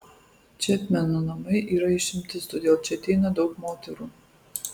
čepmeno namai yra išimtis todėl čia ateina daug moterų